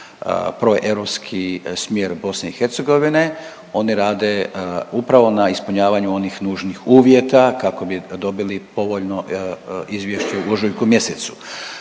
proeuropski smjer BiH, oni rade upravo na ispunjavanju onih nužnih uvjeta kako bi dobili povoljno izvješće u ožujku mjesecu.